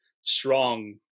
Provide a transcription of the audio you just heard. strong